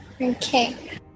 Okay